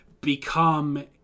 become